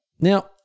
Now